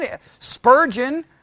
Spurgeon